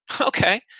okay